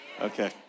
Okay